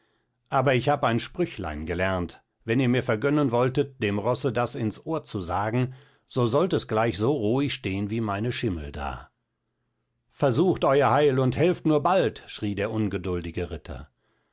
aber ich hab ein sprüchlein gelernt wenn ihr mir vergönnen wolltet dem rosse das ins ohr zu sagen so sollt es gleich so ruhig stehn wie meine schimmel da versucht eur heil und helft nur bald schrie der ungeduldige ritter